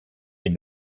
est